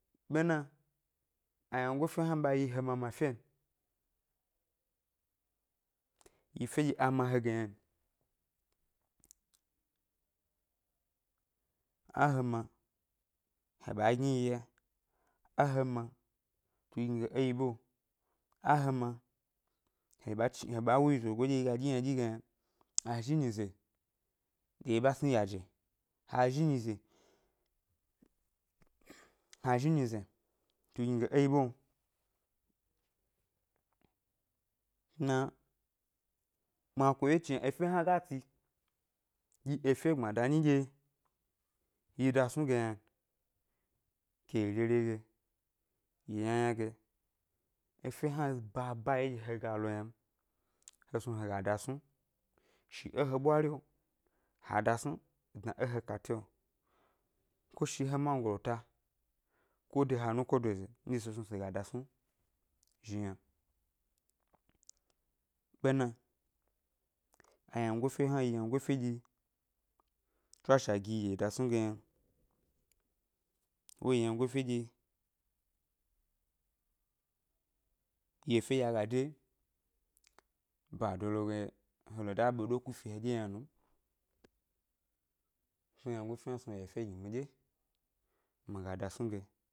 Bena awyango ʻfe hna ɓa yi he mama ʻfe n, yi fenɗye a ma he ge yna n, a he ma he ɓǎ gni yi ya, a he ma tugni ge é yi ʻɓeo, á he ma he ɓa chi wú yi zogo nɗye yi ga ɗyi ynaɗyi ge yna, ha zhi nyize ɗye yi ɓa sni yaje, ha zhi nyize ha zhi nyize tugni ge é yi ɓeo, kuma ma ku ʻwye chi yna efe hna ga tsi yi efe gbamda nyi nɗye yi dasnu ge yna n, ke yi rere ge yi ynayna ge, efe hna baba yi ɗye he ga lo yna m, he snu hega dasnu shi é he ɓwari lo, ha dasnu dna é he kate lo, ko shi é he mangolo ta ko de he anukodoza yi nɗye se snu se ga dasnu zhi yna, bena wyango ʻfe hna yi wyango ʻfe nɗye tswashe a gi gi yi dasnu ge yna n, wo yi wyangofe nɗye yi efe nɗye a ga de bado lo ge he lo da ɓeɗo ku fi heɗye ge yna nu m, wyango ʻfe hna snu ga yi efe gi miɗye mi ga dasnu ge n.